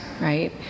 right